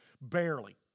Barely